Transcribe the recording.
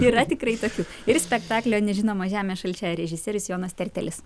yra tikrai tokių ir spektaklio nežinoma žemė šalčia režisierius jonas tertelis